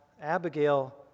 Abigail